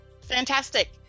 Fantastic